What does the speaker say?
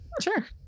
sure